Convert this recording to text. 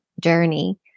journey